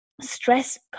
Stress